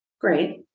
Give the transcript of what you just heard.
Great